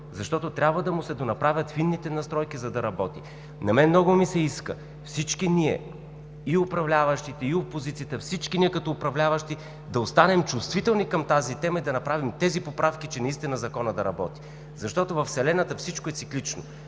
защото трябва да му се донаправят фините настройки, за да работи. На мен много ми се иска всички ние – и управляващите, и опозицията, всички ние като управляващи, да останем чувствителни към тази тема и да направим тези поправки, че Законът наистина да работи. Защото във Вселената всичко е циклично.